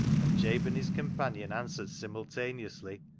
and jabe and his companion answered simultaneously,